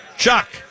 Chuck